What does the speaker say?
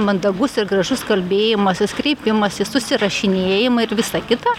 mandagus ir gražus kalbėjimasis kreipimąsis susirašinėjimai ir visa kita